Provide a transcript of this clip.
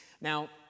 Now